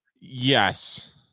Yes